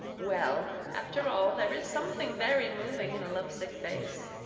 well, after all, there is something very moving in a lovesick face.